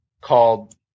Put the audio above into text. called